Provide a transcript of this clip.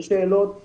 יש שאלות מהותיות.